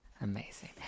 amazing